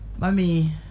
Mommy